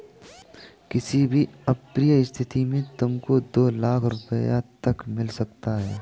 किसी भी अप्रिय स्थिति में तुमको दो लाख़ रूपया तक मिल सकता है